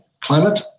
climate